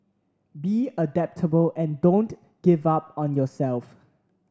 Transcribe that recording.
be adaptable and don't give up on yourself